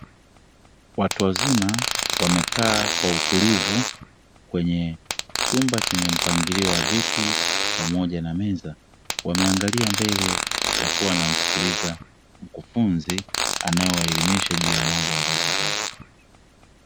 Watu wazima wamekaa kwa utulivu kwenye chumba chenye mpangilio wa viti pamoja na meza, wameangalia mbele wakiwa wanamsikiliza mkufunzi anaewaelimisha juu ya mambo mbalimbali.